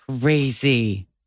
Crazy